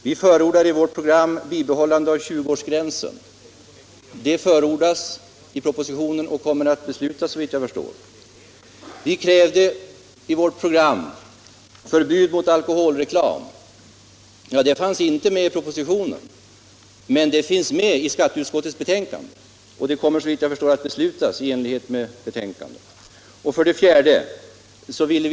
Vi förordar i vårt program ett bibehållande av 20-årsgränsen. Detta förordas även i propositionen, och det kommer i dag att beslutas av riksdagen. Vi kräver i vårt program förbud mot alkoholreklam. Något förslag härom fanns inte i propositionen, men det finns i skatteutskottets betänkande, och riksdagen kommer med säkerhet att besluta i enlighet med skatteutskottets förslag.